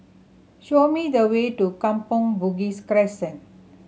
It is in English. show me the way to Kampong Bugis Crescent